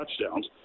touchdowns